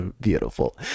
beautiful